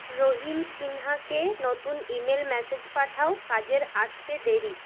রোহিণ সিনহা কে নতুন email message পাঠাও কাজের আসতে দেরি